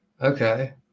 Okay